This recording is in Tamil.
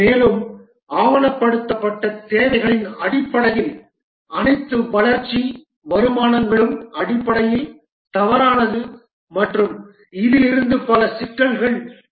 மேலும் ஆவணப்படுத்தப்பட்ட தேவைகளின் அடிப்படையில் அனைத்து வளர்ச்சி வருமானங்களும் அடிப்படையில் தவறானது மற்றும் இதிலிருந்து பல சிக்கல்கள் எழுகின்றன